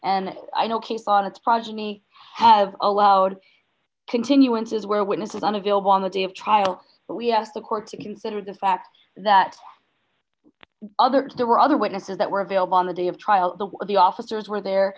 progeny have allowed continuances where witness is unavailable on the day of trial but we asked the court to consider the fact that others there were other witnesses that were available on the day of trial the officers were there